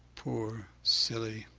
poor silly!